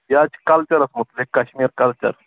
یہِ حظ چھُ کلچَرس مُتعلِق کَشمیٖر کلچر